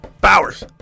Bowers